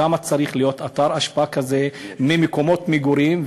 כמה צריך להיות אתר אשפה כזה מרוחק ממקומות מגורים,